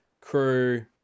crew